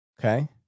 Okay